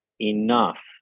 enough